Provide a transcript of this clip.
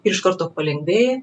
ir iš karto palengvėja